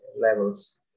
levels